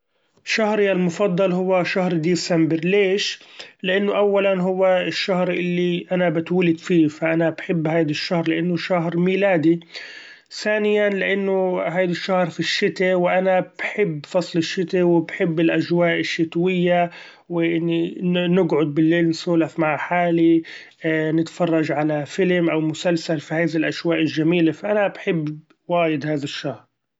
شهري المفضل هو شهر ديسمبر ليش؟ لإنه أولا هو الشهر اللي أنا بتولد فيه ف أنا بحب هيدي الشهر لإنه شهر ميلادي، ثإنيا لإنه هيدي الشهر في الشتا وأنا بحب فصل الشتا وبحب الاچواء الشتوية وإني نقعد بالليل نسولف مع حالي نتفرچ علي فيلم أو مسلسل في هذي الاچواء الچميلة ، ف أنا بحب وايد هذا الشهر.